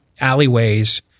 alleyways